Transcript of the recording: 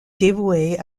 dévouée